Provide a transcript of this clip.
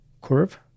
curve